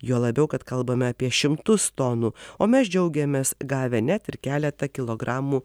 juo labiau kad kalbame apie šimtus tonų o mes džiaugiamės gavę net ir keletą kilogramų